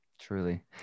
Truly